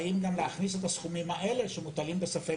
והאם גם להכניס את הסכומים האלה שמוטלים בספק